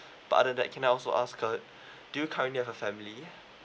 but other that can I also ask uh do you currently have a family